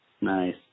Nice